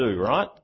Right